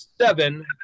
seven –